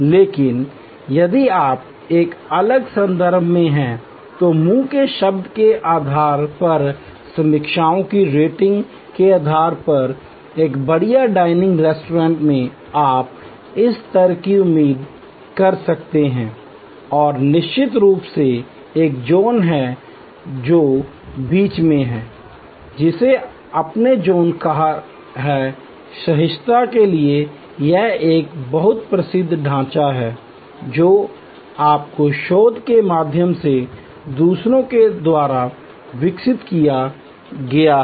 लेकिन यदि आप एक अलग संदर्भ में हैं तो मुंह के शब्द के आधार पर समीक्षकों की रेटिंग के आधार पर एक बढ़िया डाइनिंग रेस्तरां में आप इस स्तर की उम्मीद कर सकते हैं और निश्चित रूप से एक ज़ोन है जो बीच में है जिसे आपने ज़ोन कहा है सहिष्णुता के लिए यह एक बहुत प्रसिद्ध ढांचा है जो अपने शोध के माध्यम से दूसरों के द्वारा विकसित किया गया है